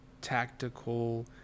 tactical